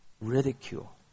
Ridicule